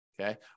Okay